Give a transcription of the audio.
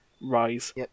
Rise